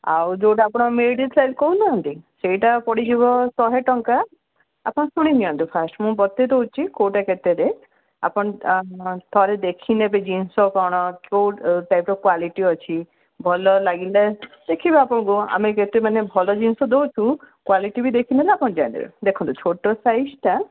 ଆଉ ଯେଉଁଟା ଆପଣ ମିଡ଼ିୟମ୍ ସାଇଜ୍ କହୁନାହାନ୍ତି ସେଇଟା ପଡ଼ିଯିବ ଶହେ ଟଙ୍କା ଆପଣ ଶୁଣିିନିଅନ୍ତୁ ଫାର୍ଷ୍ଟ ମୁଁ ବତେଇ ଦେଉଛି କେଉଁଟା କେତେ ରେଟ୍ ଆପଣ ଥରେ ଦେଖି ନେବେ ଜିନିଷ କ'ଣ କେଉଁ ଟାଇପ୍ର କ୍ଵାଲିଟି ଅଛି ଭଲ ଲାଗିଲା ଦେଖିବେ ଆପଣଙ୍କୁ ଆମେ କେତେ ମାନେ ଭଲ ଜିନିଷ ଦେଉଛୁ କ୍ଵାଲିଟି ବି ଦେଖିିଲେନ ଆପଣ ଜାଣିବେ ଦେଖନ୍ତୁ ଛୋଟ ସାଇଜ୍ଟା